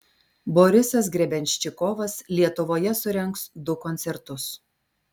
borisas grebenščikovas lietuvoje surengs du koncertus